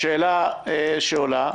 השאלה שעולה: